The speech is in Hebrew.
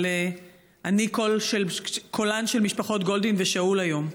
אבל אני קולן של משפחות גולדין ושאול היום.